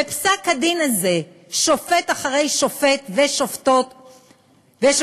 בפסק-הדין הזה שופט אחרי שופט ושופטת